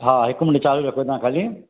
हा हिक मिंट चालू रखो तव्हां ख़ाली